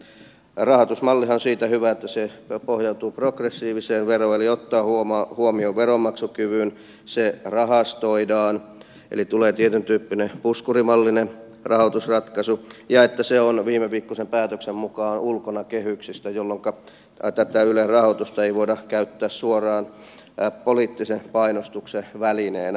tämä rahoitusmallihan on siitä hyvä että se pohjautuu progressiiviseen veroon eli ottaa huomioon veronmaksukyvyn se rahastoidaan eli tulee tietyn tyyppinen puskurimallinen rahoitusratkaisu ja se on viimeviikkoisen päätöksen mukaan ulkona kehyksistä jolloinka tätä ylen rahoitusta ei voida käyttää suoraan poliittisen painostuksen välineenä mihinkään suuntaan